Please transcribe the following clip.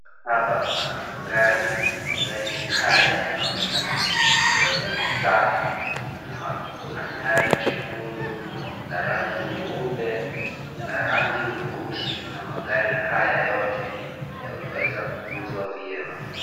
Hapa pana magari, magari haya yanaonekana yote ni safi, kuna gari jekundu la rangi mweupe la rangi mweusi na magari haya yote yameweza kutunzwa vyema.